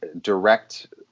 direct